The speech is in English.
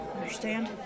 Understand